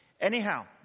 Anyhow